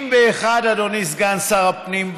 אדוני סגן שר הפנים,